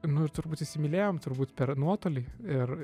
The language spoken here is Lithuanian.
nu ir turbūt įsimylėjom turbūt per nuotolį ir